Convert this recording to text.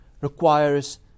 requires